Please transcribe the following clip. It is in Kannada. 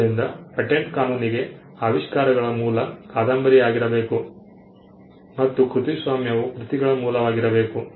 ಆದ್ದರಿಂದ ಪೇಟೆಂಟ್ ಕಾನೂನಿಗೆ ಆವಿಷ್ಕಾರಗಳ ಮೂಲ ಕಾದಂಬರಿ ಆಗಿರಬೇಕು ಮತ್ತು ಕೃತಿಸ್ವಾಮ್ಯವು ಕೃತಿಗಳ ಮೂಲವಾಗಿರಬೇಕು